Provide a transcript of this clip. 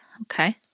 Okay